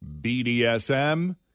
BDSM